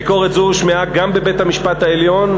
ביקורת זו הושמעה גם בבית-המשפט העליון,